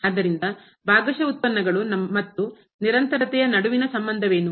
ಆದ್ದರಿಂದ ಭಾಗಶಃ ಉತ್ಪನ್ನಗಳು ಮತ್ತು ನಿರಂತರತೆಯ ಕಂಟಿನ್ಯೂಟಿ ನಡುವಿನ ಸಂಬಂಧವೇನು